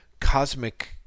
Cosmic